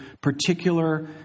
particular